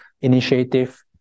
initiative